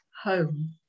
home